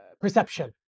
perception